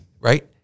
right